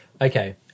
okay